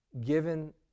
given